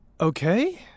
Okay